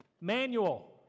Manual